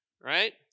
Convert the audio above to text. right